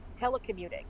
telecommuting